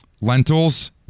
lentils